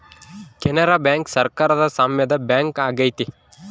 Canara bank ಸರಕಾರದ ಸಾಮ್ಯದ bank ಆಗೈತೆ